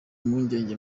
mpungenge